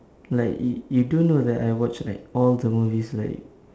like you you do know that I watched like all the movies like